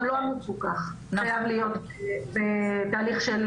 גם לא המפוקח חייב להיות בתהליך של